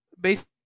based